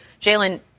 Jalen